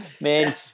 Man